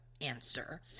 answer